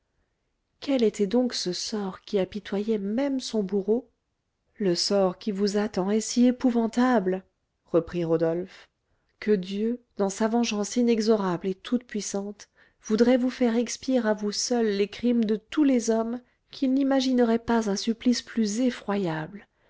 quel était donc ce sort qui apitoyait même son bourreau le sort qui vous attend est si épouvantable reprit rodolphe que dieu dans sa vengeance inexorable et toute-puissante voudrait vous faire expier à vous seul les crimes de tous les hommes qu'il n'imaginerait pas un supplice plus effroyable